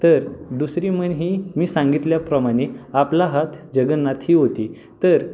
तर दुसरी म्हण ही मी सांगितल्याप्रमाणे आपला हात जगन्नाथ ही होती तर